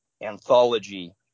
anthology